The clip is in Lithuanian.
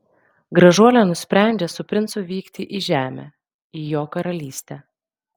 gražuolė nusprendžia su princu vykti į žemę į jo karalystę